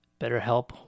BetterHelp